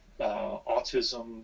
autism